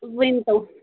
ؤنۍتو